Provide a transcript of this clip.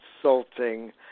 consulting